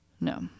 no